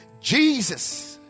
Jesus